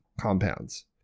compounds